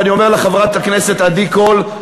ואני אומר לחברת הכנסת עדי קול,